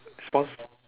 spons~